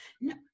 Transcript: No